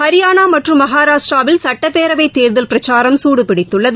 ஹரியானாமற்றும் மகராஷ்ட்ராவில் சட்டப்பேரவைத் தேர்தல் பிரச்சாரம் சூடுபிடித்துள்ளது